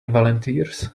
volunteers